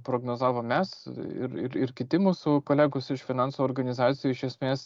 prognozavom mes ir ir ir kiti mūsų kolegos iš finansų organizacijų iš esmės